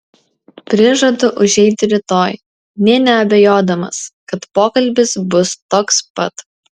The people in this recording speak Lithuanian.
prižadu užeiti rytoj nė neabejodamas kad pokalbis bus toks pat